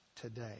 today